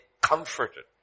comforted